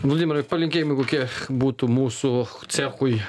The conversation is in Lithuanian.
vladimirai palinkėjimai kokie būtų mūsų cechui